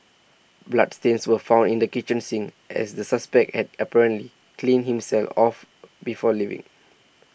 bloodstains were found in the kitchen sink as the suspect had apparently cleaned himself off before leaving